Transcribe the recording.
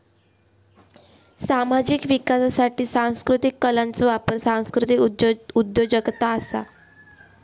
सामाजिक विकासासाठी सांस्कृतीक कलांचो वापर सांस्कृतीक उद्योजगता असा